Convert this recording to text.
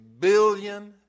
billion